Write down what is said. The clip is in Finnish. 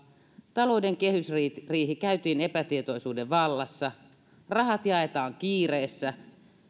talouden kehysriihi käytiin epätietoisuuden vallassa rahat jaetaan kiireessä